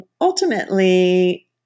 ultimately